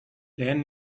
lehen